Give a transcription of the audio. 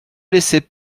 laissait